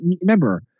remember